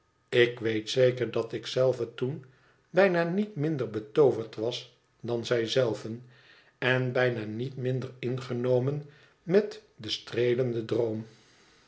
ik weet zeker dat ik zelve toen bijna niet minder betooverd was dan zij zelven en bijna niet minder ingenomen met den streelenden droom